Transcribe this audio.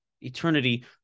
eternity